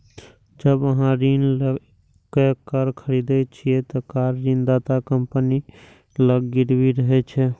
जब अहां ऋण लए कए कार खरीदै छियै, ते कार ऋणदाता कंपनी लग गिरवी रहै छै